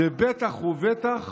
זה בטח ובטח